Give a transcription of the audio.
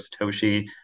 Satoshi